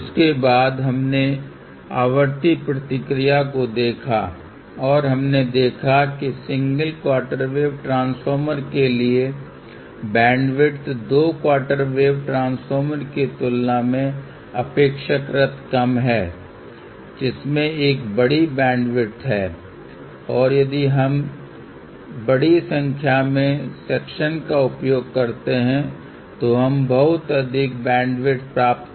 उसके बाद हमने आवृत्ति प्रतिक्रिया को देखा और हमने देखा कि सिंगल क्वार्टर वेव ट्रांसफॉर्मर के लिए बैंडविड्थ दो क्वॉर्टर वेव ट्रांसफॉर्मर की तुलना में अपेक्षाकृत कम है जिसमें एक बड़ी बैंडविड्थ है और यदि हम बड़ी संख्या में सेक्शन का उपयोग करते हैं तो हम बहुत अधिक बैंडविड्थ प्राप्त कर सकते हैं